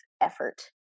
effort